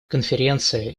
конференция